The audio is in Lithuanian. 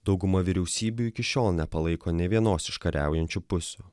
dauguma vyriausybių iki šiol nepalaiko nė vienos iš kariaujančių pusių